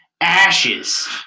ashes